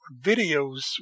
videos